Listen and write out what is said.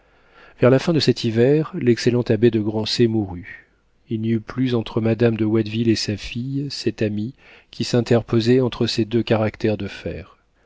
vers la fin de cet hiver l'excellent abbé de grancey mourut il n'y eut plus entre madame de watteville et sa fille cet ami qui s'interposait entre ces deux caractères de fer